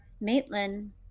Maitland